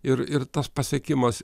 ir ir tas pasiekimas